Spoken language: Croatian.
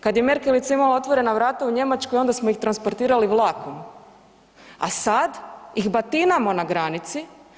Kada je Merkelica imala otvorena vrata u Njemačkoj onda smo ih transportirali vlakom, a sad ih batinamo na granici.